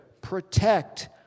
protect